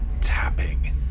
Tapping